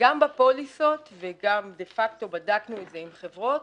גם בפוליסות וגם דה פקטו בדקנו את זה עם החברות